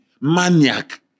maniac